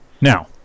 now